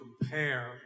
compare